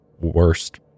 worst